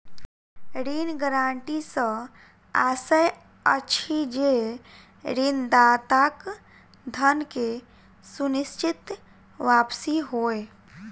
ऋण गारंटी सॅ आशय अछि जे ऋणदाताक धन के सुनिश्चित वापसी होय